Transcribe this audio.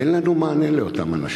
אין לנו מענה לאותם אנשים.